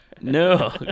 No